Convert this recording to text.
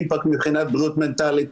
אימפקט מבחינת בריאות מנטלית,